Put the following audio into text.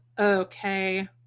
Okay